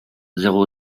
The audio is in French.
zéro